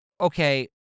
okay